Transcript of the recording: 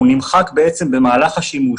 הוא נמחק במהלך השימוש.